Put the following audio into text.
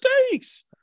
mistakes